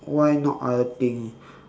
why not other things